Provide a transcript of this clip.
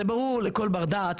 זה ברור לכל בר דעת,